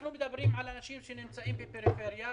כי מדובר באנשים שגרים בפריפריה.